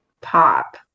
pop